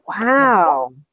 Wow